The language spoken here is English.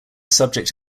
subject